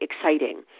exciting